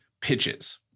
pitches